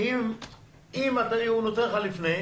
אם הוא מראה לך את המצגת לפני,